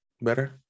better